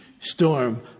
storm